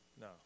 No